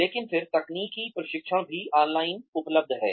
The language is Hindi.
लेकिन फिर तकनीकी प्रशिक्षण भी ऑनलाइन उपलब्ध है